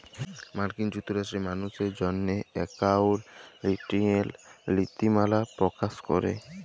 মার্কিল যুক্তরাষ্ট্রে মালুসের জ্যনহে একাউল্টিংয়ের লিতিমালা পকাশ ক্যরে